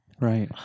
Right